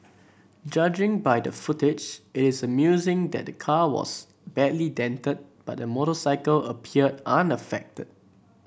judging by the footage it is amusing that the car was badly dented but the motorcycle appeared unaffected